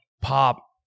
Pop